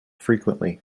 frequently